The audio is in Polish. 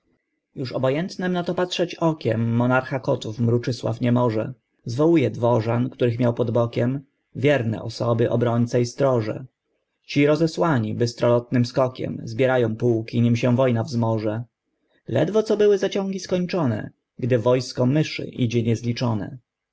już obojętnem na to patrzeć okiem monarcha kotów mruczysław nie może zwołuje dworzan których miał pod bokiem wierne osoby obrońce i stroże ci rozesłani bystrolotnym skokiem zbierają półki nim się wojna wzmoże ledwo co były zaciągi skończone gdy wojsko myszy idzie niezliczone